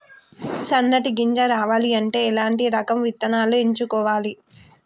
సన్నటి గింజ రావాలి అంటే ఎలాంటి రకం విత్తనాలు ఎంచుకోవాలి?